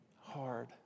hard